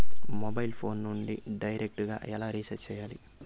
mobile phone నుండి direct గా ఎలా రీచార్జి సేయాలి